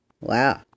Wow